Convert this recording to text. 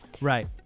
Right